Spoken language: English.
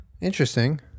Interesting